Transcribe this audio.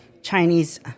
Chinese